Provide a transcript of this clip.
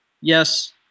yes